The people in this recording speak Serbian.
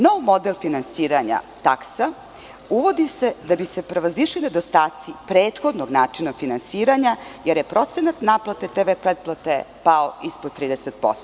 Novi model finansiranja, taksa, uvodi se da bi se prevazišli nedostaci prethodnog načina finansiranja, jer je procenat naplate TV pretplate pao ispod 30%